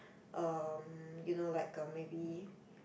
um you know like um maybe